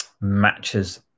matches